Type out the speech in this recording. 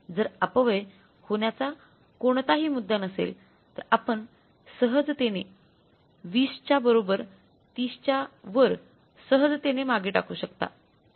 जर अपव्यय होण्याचा कोणताही मुद्दा नसेल तर आपण सहजतेने २० च्याबरोबर 30 च्या वर सहजतेने मागे टाकू शकता